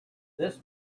this